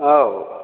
औ